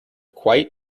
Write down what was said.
quite